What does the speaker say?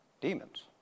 Demons